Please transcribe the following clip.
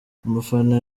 umufana